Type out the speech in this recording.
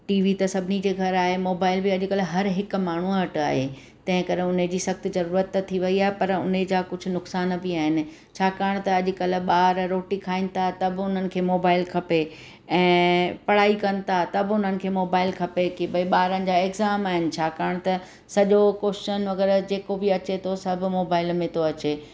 T V त सभिनी जे घरु आहे मोबाइल बि अॼुकल्ह हर हिकु माण्हूअ वटि आहे तंहिं करे हुनजी सख़्तु ज़रूरत त थी वेई आहे पर हुनजा कुझु नुक़सानु बि आहिनि छाकाणि त अॼुकल्ह ॿार रोटी खाइनि था बि हुनखे मोबाइल खपे ऐं पढ़ाई कनि था त बि हुनखे मोबाइल खपे की भई ॿारनि जा एक्ज़ाम आहिनि छाकाणि त सॼो कोशचन वग़ैरह जेको बि अचे थो सभु मोबाइल में थो अचे